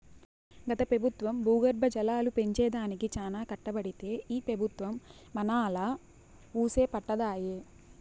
గత పెబుత్వం భూగర్భ జలాలు పెంచే దానికి చానా కట్టబడితే ఈ పెబుత్వం మనాలా వూసే పట్టదాయె